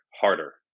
harder